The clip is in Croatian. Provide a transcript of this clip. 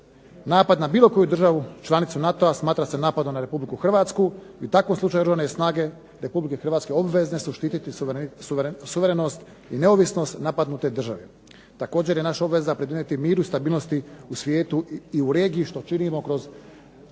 Napad na bilo koju državu članicu NATO-a smatra se napadom na Republiku Hrvatsku i u takvom slučaju Oružane snage Republike Hrvatske obvezne su štititi suverenost i neovisnost napadnute države. Također je naša obveza pridonijeti miru i stabilnosti u svijetu i u regiji što činimo kroz,